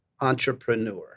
entrepreneur